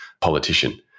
politician